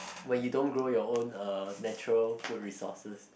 where you don't grow your own uh natural food resources